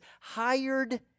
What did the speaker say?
hired